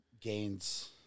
gains